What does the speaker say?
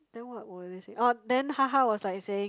then what will they say oh then haha was like saying